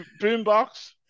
boombox